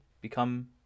become